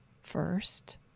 first